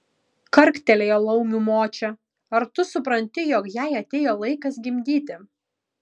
karktelėjo laumių močia ar tu supranti jog jai atėjo laikas gimdyti